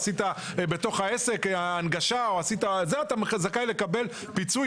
עשית בתוך העסק הנגשה אתה זכאי לקבל פיצוי.